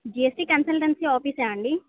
GST consultancy ఆఫీసా అండి